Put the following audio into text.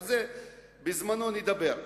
על זה בזמנו נדבר.